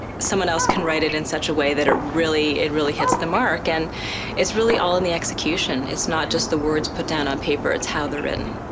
someone else can write it in such a way that ah it really hits the mark, and it's really all in the execution. it's not just the words put down on paper, it's how they're written.